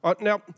now